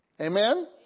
Amen